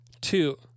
Two